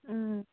ꯎꯝ